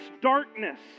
darkness